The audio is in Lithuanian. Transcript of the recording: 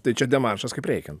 tai čia demaršas kaip reikiant